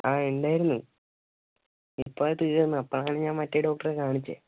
ആ ഉണ്ടായിരുന്നു ഇപ്പം അത് തീർന്നു അപ്പോഴാണ് ഞാൻ മറ്റേ ഡോക്ടറെ കാണിച്ചത്